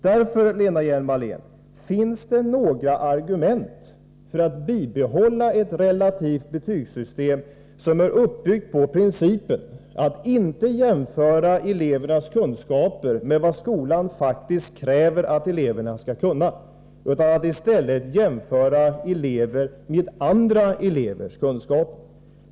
Därför, Lena Hjelm-Wallén: Finns det några argument för att bibehålla ett relativt betygssystem som är uppbyggt på principen att inte jämföra elevernas kunskaper med vad skolan faktiskt kräver att eleverna skall kunna utan att i stället jämföra elevernas kunskaper med andra elevers kunskaper?